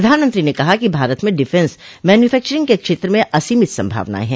प्रधानमंत्री ने कहा कि भारत में डिफेंस मैन्यूफैक्वरिंग के क्षेत्र में असीमित संभावनाएं है